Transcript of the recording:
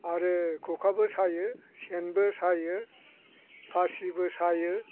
आरो खखाबो सायो सेनबो सायो फासिबो सायो